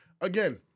Again